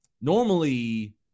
Normally